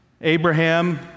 Abraham